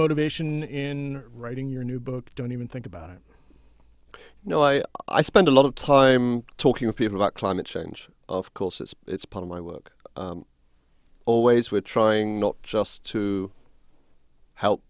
motivation in writing your new book don't even think about it you know i i spend a lot of time talking to people about climate change of course as it's part of my work always we're trying not just to help